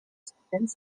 students